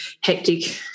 hectic